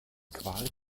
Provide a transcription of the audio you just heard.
qual